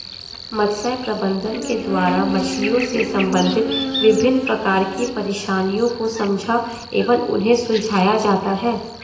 मत्स्य प्रबंधन के द्वारा मछलियों से संबंधित विभिन्न प्रकार की परेशानियों को समझा एवं उन्हें सुलझाया जाता है